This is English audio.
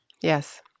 Yes